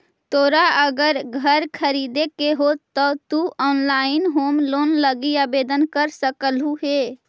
तोरा अगर घर खरीदे के हो त तु ऑनलाइन होम लोन लागी आवेदन कर सकलहुं हे